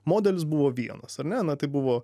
modelis buvo vienas ar ne na tai buvo